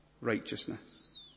righteousness